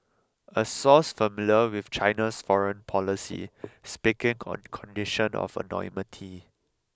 a source familiar with China's foreign policy speaking on condition of anonymity